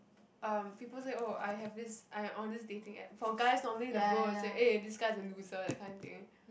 um people say oh I have this I am on this dating app for guys normally the bro will say eh this guy's a loser that kind of thing